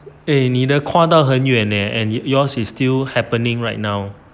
eh 你的跨到很远 leh and yours is still happening right now